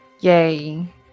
Yay